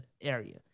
area